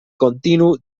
continu